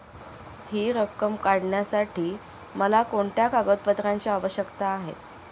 हि रक्कम काढण्यासाठी मला कोणत्या कागदपत्रांची आवश्यकता आहे?